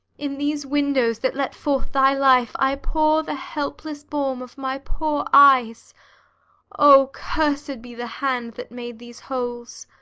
in these windows that let forth thy life, i pour the helpless balm of my poor eyes o, cursed be the hand that made these holes!